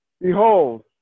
Behold